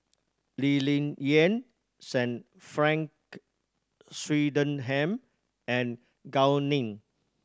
Lee Ling Yen Sir Frank Swettenham and Gao Ning